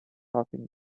taking